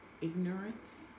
ignorance